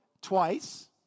twice